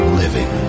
living